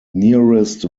nearest